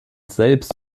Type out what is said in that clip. selbst